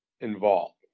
involved